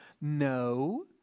No